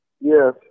Yes